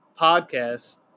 podcast